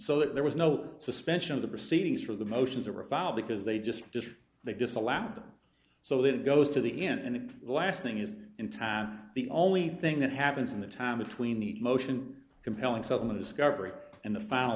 that there was no suspension of the proceedings for the motions of rafal because they just just they disallowed them so that it goes to the end and the last thing is in time the only thing that happens in the time between the motion compelling settlement discovery and the final